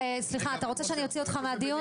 אתה רוצה שאוציא אותך מהדיון?